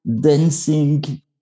dancing